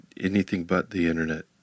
anything-but-the-internet